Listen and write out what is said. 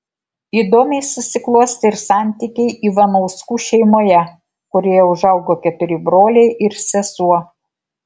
įdomiai susiklostė ir santykiai ivanauskų šeimoje kurioje užaugo keturi broliai ir sesuo